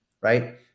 right